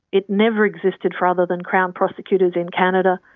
it never existed for other than crown prosecutors in canada,